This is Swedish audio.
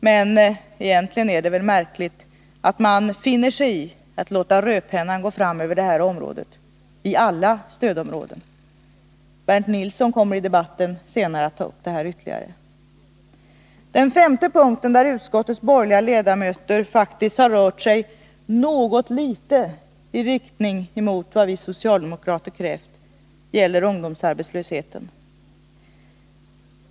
Men egentligen är det märkligt att de alls finner sig i att man låter rödpennan gå fram över alla stödområden. Bernt Nilsson kommer senare i debatten att ytterligare beröra denna fråga. Den femte punkten där utskottets borgerliga ledamöter faktiskt har rört sig något i riktning mot vad vi socialdemokrater har krävt gäller ungdomsarbetslösheten.